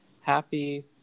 happy